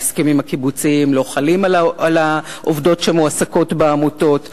ההסכמים הקיבוציים לא חלים על העובדות שמועסקות בעמותות,